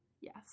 Yes